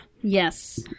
Yes